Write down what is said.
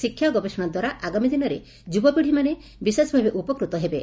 ଶିକ୍ଷା ଓ ଗବେଷଣାଦ୍ୱାରା ଆଗାମୀ ଦିନରେ ଯୁବପିଢ଼ିମାନେ ବିଶେଷ ଭାବେ ଉପକୃତ ହେବେ